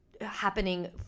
happening